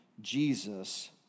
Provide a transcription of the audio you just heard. Jesus